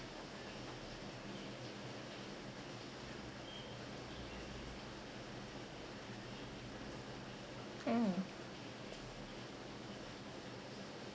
orh